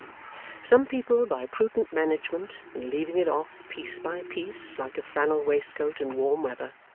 some people by prudent management and leaving it off piece by piece like a flannel waistcoat in warm weather,